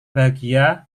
bahagia